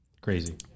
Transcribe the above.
Crazy